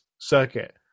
circuit